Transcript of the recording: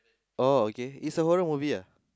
oh okay